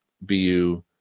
BU